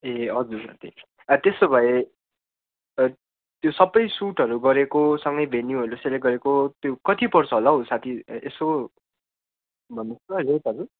ए हजुर साथी आ त्यसो भए त्यो सबै सुटहरू गरेको सँगै भेन्युहरू सेलेक्ट गरेको त्यो कति पर्छ होला हौ साथी यसो भन्नु होस् त रेटहरू